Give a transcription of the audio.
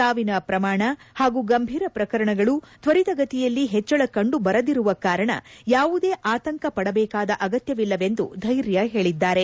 ಸಾವಿನ ಪ್ರಮಾಣ ಪಾಗೂ ಗಂಭೀರ ಪ್ರಕರಣಗಳು ತ್ವರಿತಗತಿಯಲ್ಲಿ ಹೆಚ್ಚಳ ಕಂಡುಬರದಿರುವ ಕಾರಣ ಯಾವುದೇ ಆತಂಕ ಪಡಬೇಕಾದ ಅಗತ್ಯವಿಲ್ಲವೆಂದು ಧೈರ್ಯ ಹೇಳಿದ್ದಾರೆ